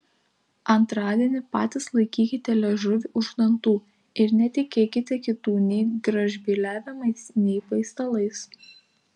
antradienį patys laikykite liežuvį už dantų ir netikėkite kitų nei gražbyliavimais nei paistalais